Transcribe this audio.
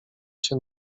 się